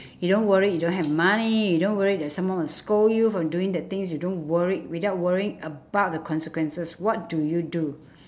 you don't worry you don't have money you don't worry that someone will scold you for doing the things you don't worry without worrying about the consequences what do you do